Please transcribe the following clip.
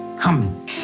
Come